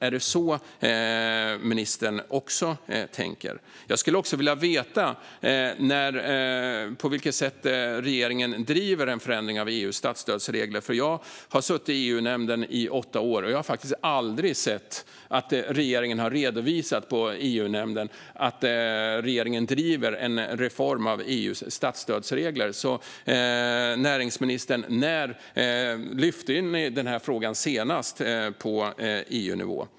Är det så ministern också tänker? Jag skulle också vilja veta på vilket sätt regeringen driver en förändring av EU:s statsstödsregler. Jag har suttit i EU-nämnden i åtta år, och jag har faktiskt aldrig sett att regeringen har redovisat på EU-nämnden att regeringen driver en reform av EU:s statsstödsregler. Näringsministern, när lyfte ni fram denna fråga senast på EU-nivå?